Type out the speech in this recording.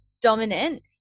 dominant